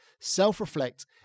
self-reflect